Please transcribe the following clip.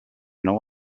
nou